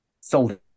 sold